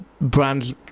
brands